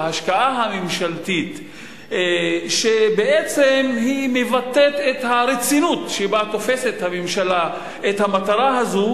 ההשקעה הממשלתית בעצם מבטאת את הרצינות שבה תופסת הממשלה את המטרה הזו.